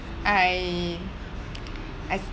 I I